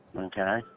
Okay